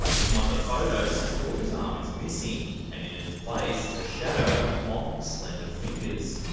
in one of the photos, his daughter's arm is missing, and in its place is a shadow with long, slender fingers.